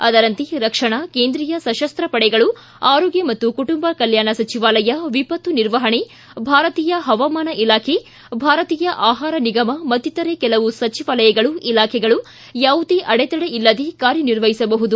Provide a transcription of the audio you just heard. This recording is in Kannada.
ಅದರಂತೆ ರಕ್ಷಣಾ ಕೇಂದ್ರೀಯ ಸಶಸ್ತ ಪಡೆಗಳು ಆರೋಗ್ಡ ಮತ್ತು ಕುಟುಂಬ ಕಲ್ಯಾಣ ಸಚಿವಾಲಯ ವಿಪತ್ತು ನಿರ್ವಹಣೆ ಭಾರತೀಯ ಪವಾಮಾನ ಇಲಾಖೆ ಭಾರತೀಯ ಆಹಾರ ನಿಗಮ ಮತ್ತಿತರೆ ಕೆಲವು ಸಚಿವಾಲಯಗಳು ಇಲಾಖೆಗಳು ಯಾವುದೇ ಅಡೆತಡೆ ಇಲ್ಲದೇ ಕಾರ್ಯ ನಿರ್ವಹಿಸಬಹುದು